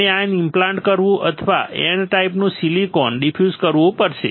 આપણે ion implant કરવું અથવા N ટાઈપનું સિલિકોન ડિફ્યુઝ કરવું પડશે